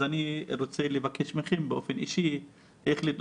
אז אני רוצה לבקש מכם באופן אישי לדאוג